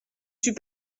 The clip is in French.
suis